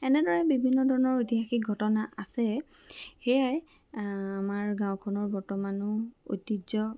এনেদৰে বিভিন্ন ধৰণৰ ঐতিহাসিক ঘটনা আছে সেয়াই আমাৰ গাঁওখনৰ বৰ্তমানো ঐতিহ্য